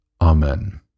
Amen